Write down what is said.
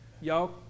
Y'all